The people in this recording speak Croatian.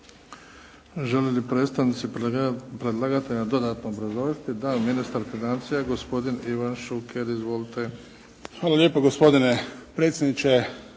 Hvala lijepo gospodine predsjedniče,